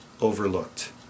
overlooked